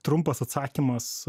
trumpas atsakymas